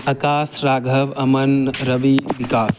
Akash Raghav Aman Ravi Vikas